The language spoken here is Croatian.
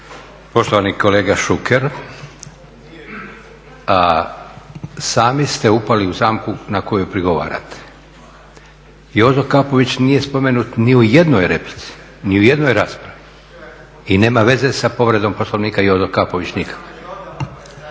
Poštovani kolega Šuker, sami ste upali u zamku na koju prigovarate. Jozo Kapović nije spomenut ni u jednoj replici, ni u jednoj raspravi i nema veze sa povredom Poslovnika Jozo Kapović nikakve.